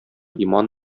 иман